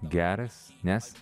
geras nes